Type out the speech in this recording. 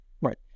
right